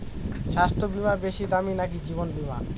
স্বাস্থ্য বীমা বেশী দামী নাকি জীবন বীমা?